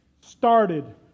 started